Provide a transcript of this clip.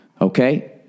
Okay